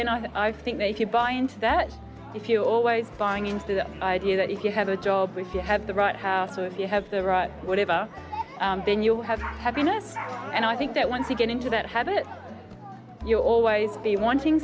then i think they can find that if you're always buying into the idea that if you have a job or if you have the right half so if you have the right whatever then you have happiness and i think that once you get into that habit you'll always be wanting